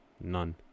None